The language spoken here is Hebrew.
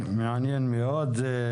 מעניין מאוד.